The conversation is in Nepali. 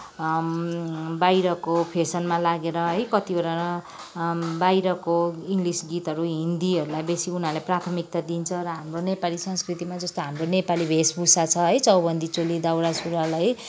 बाहिरको फेसनमा लागेर है कतिवटा बाहिरको इङ्गलिस गीतहरू हिन्दीहरूलाई बेसी उनीहरूलाई प्राथमिकता दिन्छ र हाम्रो नेपाली संस्कृतिमा जस्तो हाम्रो नेपाली भेषभूषा छ है चौबन्दी चोली दौरा सुरुवाल है